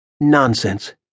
Nonsense